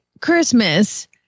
Christmas